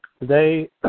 Today